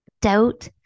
doubt